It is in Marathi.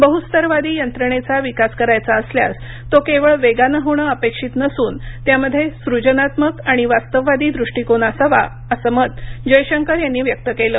बहुस्तरवादी यंत्रणेचा विकास करायचा असल्यास तो केवळ वेगानं होणं अपेक्षित नसून त्यामध्ये सूजनात्मक आणि वास्तववादी दृष्टीकोन असावा असं मत जयशंकर यांनी व्यक्त केलं